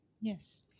Yes